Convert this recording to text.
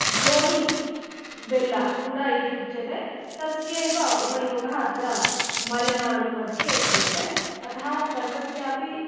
जोनि बेल्ला गुड इति उच्यते तस्यैव उपयोगः अत्र मलेनाडु मध्ये क्रियते अतः सर्वस्यापि